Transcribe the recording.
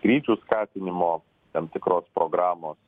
skrydžių skatinimo tam tikros programos